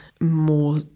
More